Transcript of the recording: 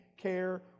care